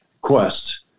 quest